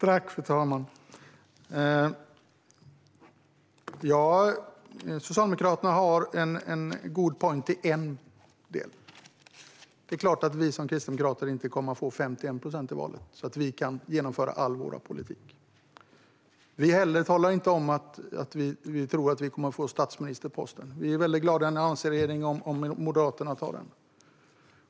Fru talman! Socialdemokraterna har en good point i en del. Det är klart att vi kristdemokrater inte kommer att få 51 procent i valet så att vi kan genomföra all vår politik. Vi talar heller inte om att vi tror att vi kommer att få statsministerposten. Vi är väldigt glada i en alliansregering om Moderaterna tar den.